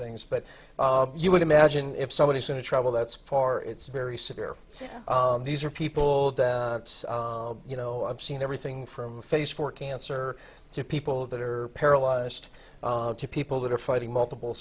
things but you would imagine if somebody's going to travel that's far it's very severe these are people that you know i've seen everything from face for cancer to people that are paralyzed people that are fighting multiple